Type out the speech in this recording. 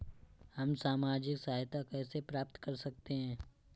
हम सामाजिक सहायता कैसे प्राप्त कर सकते हैं?